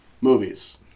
movies